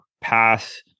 pass